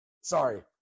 Sorry